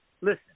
listen